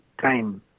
time